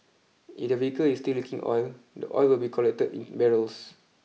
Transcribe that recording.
if the vehicle is still leaking oil the oil will be collected in barrels